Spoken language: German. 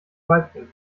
weibchen